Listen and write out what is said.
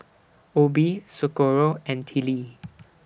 Obie Socorro and Tillie